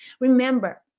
Remember